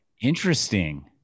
Interesting